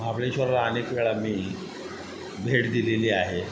महाबळेश्वरला अनेक वेळा मी भेट दिलेली आहे